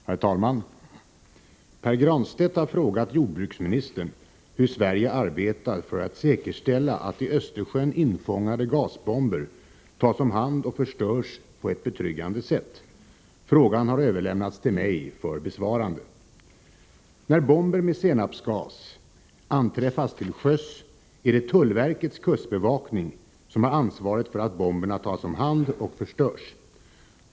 Herr talman! Pär Granstedt har frågat jordbruksministern hur Sverige arbetar för att säkerställa att i Östersjön infångade gasbomber tas om hand och förstörs på ett betryggande sätt. Frågan har överlämnats till mig för besvarande. När bomber med senapsgas anträffas till sjöss, är det tullverkets kustbevakning som har ansvaret för att bomberna tas om hand och förstörs.